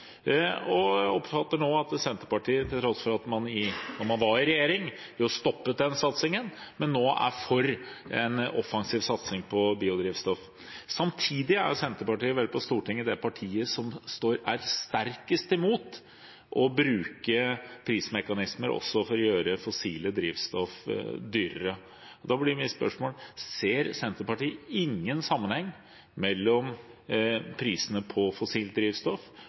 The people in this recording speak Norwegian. biodrivstoff. Jeg oppfatter at Senterpartiet – til tross for at da de var i regjering, stoppet denne satsingen – nå er for en offensiv satsing på biodrivstoff. Samtidig er Senterpartiet på Stortinget det partiet som er sterkest imot å bruke prismekanismer for å gjøre fossilt drivstoff dyrere. Da blir mitt spørsmål: Ser Senterpartiet ingen sammenheng mellom prisene på fossilt drivstoff